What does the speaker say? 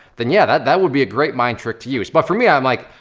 then yeah, that that would be a great mind trick to use. but for me, i'm like,